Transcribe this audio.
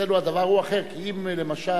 אצלנו הדבר הוא אחר, כי אם למשל